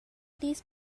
please